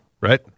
right